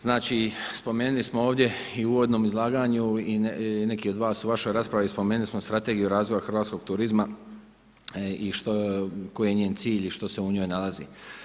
Znači spomenuli smo ovdje i u uvodnom izlaganju i neki od vas u vašoj raspravi spomenuli smo Strategiju razvoja hrvatskog turizma i što, koji je njen cilj i što se u njoj nalazi.